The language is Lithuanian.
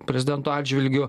prezidento atžvilgiu